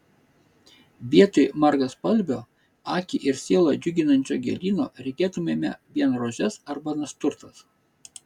vietoj margaspalvio akį ir sielą džiuginančio gėlyno regėtumėme vien rožes arba nasturtas